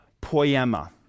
poema